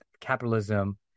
capitalism